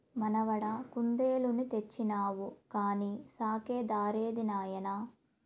మనవడా కుందేలుని తెచ్చినావు కానీ సాకే దారేది నాయనా